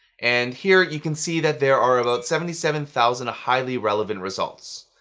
and here, you can see that there are about seventy seven thousand highly relevant results.